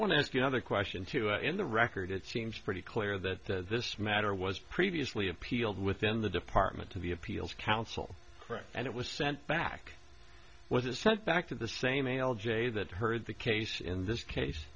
want to ask you now the question too in the record it seems pretty clear that this matter was previously appealed within the department to the appeals council and it was sent back was it sent back to the same a l j that heard the case in this case